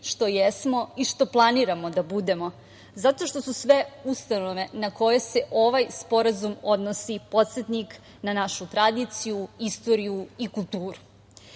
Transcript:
što jesmo i što planiramo da budemo, zato što su sve ustanove na koje se ovaj sporazum odnosi podsetnik na našu tradiciju, istoriju i